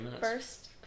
first